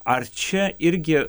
ar čia irgi